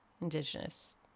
Indigenous